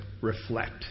reflect